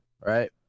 right